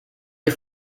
les